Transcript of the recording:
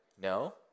no